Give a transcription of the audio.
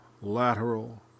lateral